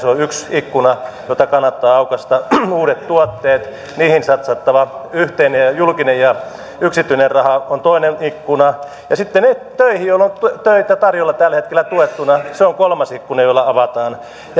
on yksi ikkuna jota kannattaa aukaista uudet tuotteet niihin on satsattava yhteinen julkinen ja yksityinen raha on toinen ikkuna ja sitten ne töihin joille on töitä tarjolla tällä hetkellä tuettuna se on kolmas ikkuna joka avataan